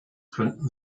könnten